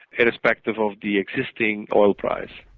irrespective of the existing oil price.